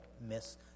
miss